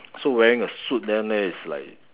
so wearing a suit down there it's like